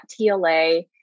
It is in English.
TLA